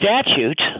statute